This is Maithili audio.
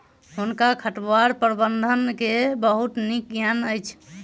हुनका खरपतवार प्रबंधन के बहुत नीक ज्ञान अछि